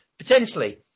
Potentially